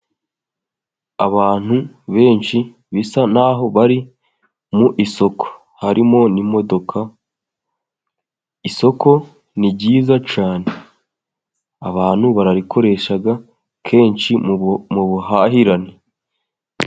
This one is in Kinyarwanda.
Abantu benshi bisa n'aho bari mu isoko harimo n'imodoka. Isoko ni ryiza cyane abantu bararikoresha kenshi mu buhahirane.